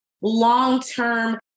long-term